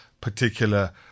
particular